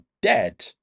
dead